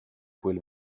quel